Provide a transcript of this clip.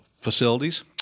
facilities